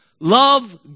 love